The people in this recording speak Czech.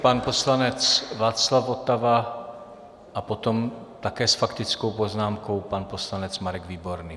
Pan poslanec Václav Votava a potom také s faktickou poznámkou pan poslanec Marek Výborný.